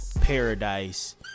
paradise